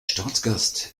staatsgast